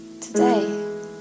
today